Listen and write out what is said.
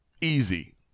easy